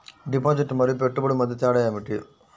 Deposit మరియు పెట్టుబడి మధ్య తేడా ఏమిటి?